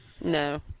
no